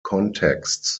contexts